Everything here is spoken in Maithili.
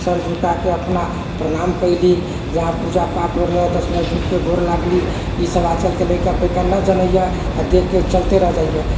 सर झुका कऽ अपना प्रणाम कयली जहाँ पूजा पाठ होइत रहलक दस मिनट रुकि कऽ गोर लागली ईसभ आज कलके लैका पैका न जनैए आ देखि कऽ चलिते रहि जाइए